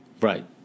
Right